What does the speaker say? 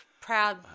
proud